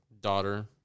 Daughter